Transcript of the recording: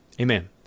amen